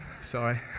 Sorry